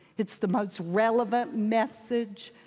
it's the most relevant message.